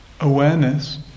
Awareness